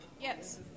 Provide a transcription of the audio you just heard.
Yes